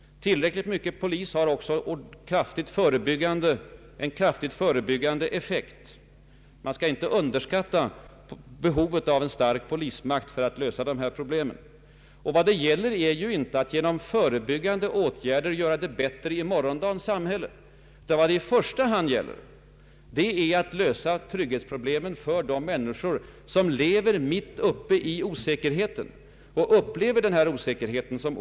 Tillräckligt mycket polis har också en kraftigt förebyggande effekt. Man skall inte underskatta betydelsen av en stark polismakt för att lösa dessa problem. Vad det gäller är ju inte endast att genom förebyggande åtgärder göra det bättre i morgondagens samhälle, utan i första hand att lösa trygghetsproblemet för de människor som lever mitt uppe i osäkerheten och laglösheten.